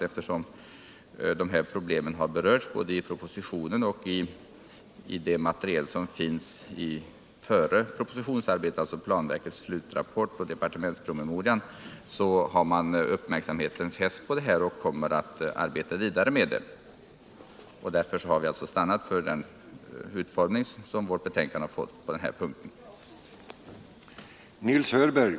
Eftersom dessa problem har berörts både i propositionen och i det material som föregått propositionsarbetet, alltså i planverkets slutrapport och i departementspromemorian, utgår vi ifrån att man har uppmärksamheten fäst på dem och kommer att arbeta vidare med dem. Därför har vi stannat för det ställningstagande i detta avseende som redovisas i betänkandet.